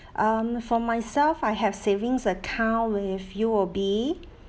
um for myself I have savings account with U_O_B